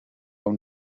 own